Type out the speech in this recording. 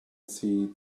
see